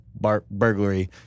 burglary